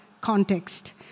context